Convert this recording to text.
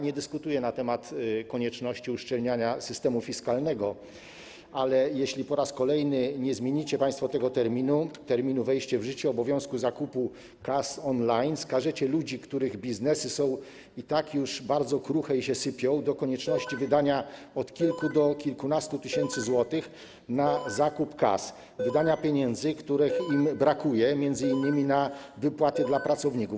Nie dyskutuję na temat konieczności uszczelniania systemu fiskalnego, ale jeśli po raz kolejny nie zmienicie państwo tego terminu, terminu wejścia w życie obowiązku zakupu kas on-line, skażecie ludzi, których biznesy i tak są już bardzo kruche i się sypią, na konieczność wydania od kilku do kilkunastu tysięcy złotych na zakup kas, wydania pieniędzy, których im brakuje, m.in. na wypłaty dla pracowników.